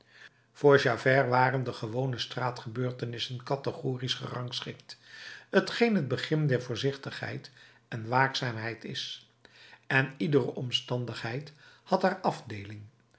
voor javert waren de gewone straatgebeurtenissen cathegorisch gerangschikt t geen het begin der voorzichtigheid en waakzaamheid is en iedere omstandigheid had haar afdeeling